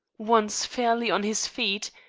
once fairly on his feet,